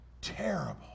terrible